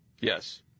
Yes